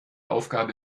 aufgabe